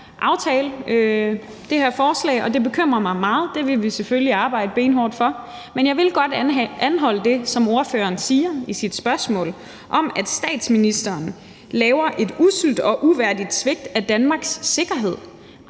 det her forslag, og det bekymrer mig meget. Det vil vi selvfølgelig arbejde benhårdt for at de gør. Men jeg vil godt anholde det, som spørgeren siger i sit spørgsmål om, at statsministeren laver et usselt og uværdigt svigt af Danmarks sikkerhed.